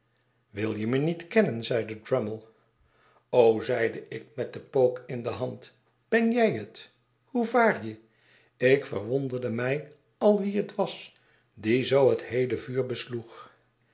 wil je me niet kennen zeide drummle zeide ik met den pook in de hand ben jij het hoe vaar je ik verwonderde mij al wie het was die zoo het heele vuur besloeg